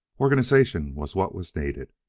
organization was what was needed,